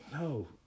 No